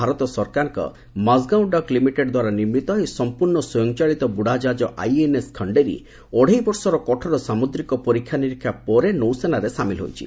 ଭାରତ ସରକାରଙ୍କ Mazagon dock limited ଦ୍ୱାରା ନିର୍ମିତ ଏହି ସମ୍ପର୍ଣ୍ଣ ସ୍ୱୟଂଚାଳିତ ବୁଡାଜାହାଜ ଆଇଏନ୍ଏସ୍ ଖଣ୍ଡେରୀ ଅଢ଼େଇ ବର୍ଷର କଠୋର ସାମୁଦ୍ରିକ ପରୀକ୍ଷା ନିରୀକ୍ଷା ପରେ ନୌସେନାରେ ସାମିଲ ହୋଇଛି